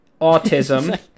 autism